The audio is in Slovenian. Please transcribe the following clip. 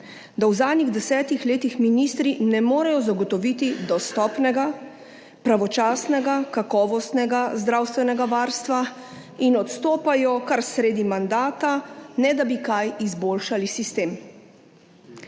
da v zadnjih 10-ih letih ministri ne morejo zagotoviti dostopnega, pravočasnega, kakovostnega zdravstvenega varstva in odstopajo kar sredi mandata, ne da bi kaj izboljšali sistem.